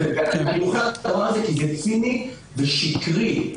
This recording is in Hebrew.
זה ציני ושקרי.